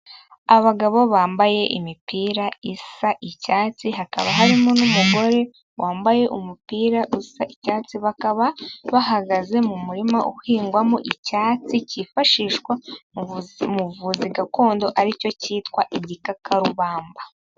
Abagabo bambaye imipira isa icyatsi, hakaba harimo n'umugore wambaye umupira usa icyatsi, bakaba bahagaze mu murima uhingwamo icyatsi kifashishwa mu buvuzi gakondo ari cyo cyitwa igikakarubamba.